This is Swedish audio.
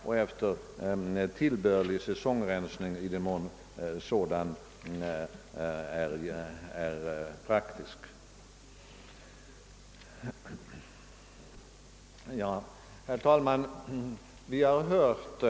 Man bör också ta hänsyn till säsongvariationer i den mån sådant är praktiskt möjligt, så att de belysande uppgifterna kommer fram i tidningspressen, i radio och TV och på annat sätt. Herr talman!